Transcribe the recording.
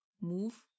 move